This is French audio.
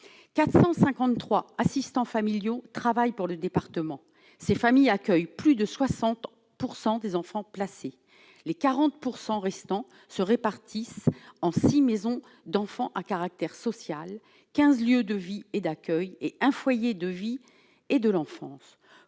453 assistants familiaux, travaille pour le département, ces familles accueillent plus de 60 % des enfants placés les 40 % restants se répartissent en six maisons d'enfants à caractère social 15 lieux de vie et d'accueil et un foyer de vie et de l'enfance